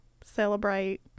celebrate